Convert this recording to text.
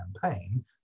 campaign